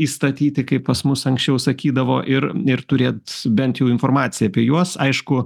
įstatyti kaip pas mus anksčiau sakydavo ir ir turėt bent jau informaciją apie juos aišku